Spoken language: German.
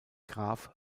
graf